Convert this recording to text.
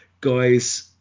guys